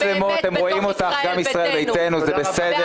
יש פה מצלמות, גם ישראל ביתנו רואים אותך.